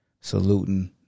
saluting